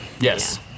Yes